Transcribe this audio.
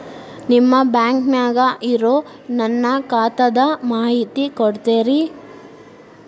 ನಿಮ್ಮ ಬ್ಯಾಂಕನ್ಯಾಗ ಇರೊ ನನ್ನ ಖಾತಾದ ಮಾಹಿತಿ ಕೊಡ್ತೇರಿ?